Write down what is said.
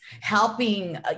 helping